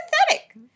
pathetic